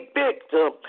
victim